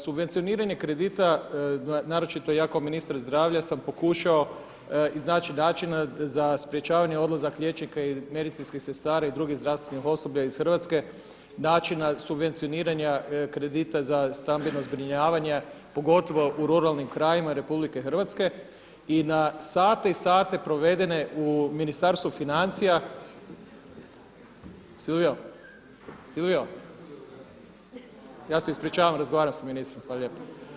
Subvencioniranje kredita naročito ja kao ministar zdravlja sam pokušao iznaći načina za sprječavanje i odlazak liječnika i medicinskih sestara i drugih zdravstvenih osoblja iz Hrvatske, načina subvencioniranja kredita za stambeno zbrinjavanje pogotovo u ruralnim krajevima RH i na sate i sate provedene u Ministarstvu financija, Silvio, Silvio, ja se ispričavam, razgovaram sa ministrom, hvala lijepo.